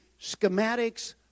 schematics